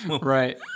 Right